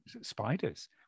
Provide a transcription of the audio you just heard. spiders